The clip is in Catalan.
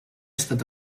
estat